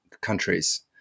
countries